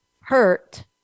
hurt